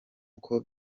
uko